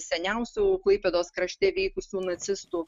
seniausių klaipėdos krašte veikusių nacistų